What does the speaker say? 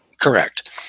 Correct